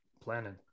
planning